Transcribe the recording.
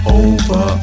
over